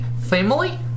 family